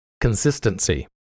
consistency